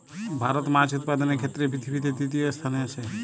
ভারত মাছ উৎপাদনের ক্ষেত্রে পৃথিবীতে তৃতীয় স্থানে আছে